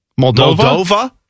Moldova